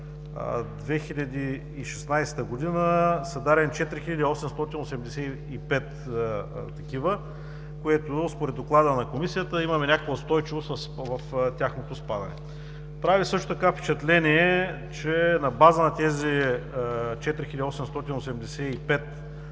2016 г. са дадени 4885 такива, което според Доклада на Комисията, имаме някаква устойчивост в тяхното спадане. Прави също така впечатление, че на база на тези 4885